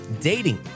dating